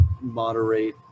moderate